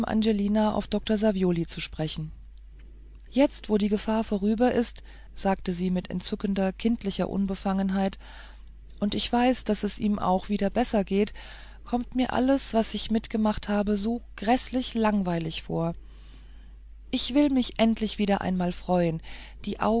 auf dr savioli zu sprechen jetzt wo die gefahr vorüber ist sagte sie mit entzückender kindlicher unbefangenheit und ich weiß daß es ihm auch wieder besser geht kommt mir alles das was ich mitgemacht habe so gräßlich langweilig vor ich will mich endlich einmal wieder freuen die